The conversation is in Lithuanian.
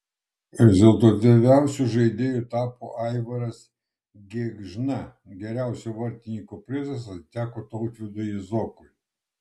rezultatyviausiu žaidėju tapo aivaras gėgžna geriausio vartininko prizas atiteko tautvydui jazokui